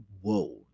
Whoa